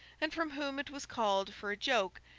and from whom it was called, for a joke,